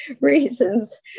reasons